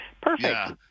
Perfect